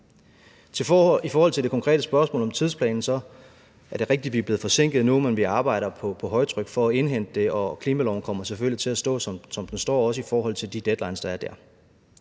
I forhold til det konkrete spørgsmål om tidsplanen er det rigtigt, at vi er blevet forsinket nu, men vi arbejder på højtryk for at indhente det, og klimaloven kommer selvfølgelig til at stå som den står, også i forhold til de deadlines, der er dér.